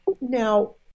Now